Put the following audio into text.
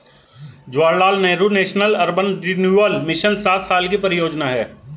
Jawaharlal Nehru national urban renewal mission सात साल की परियोजना है